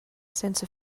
sense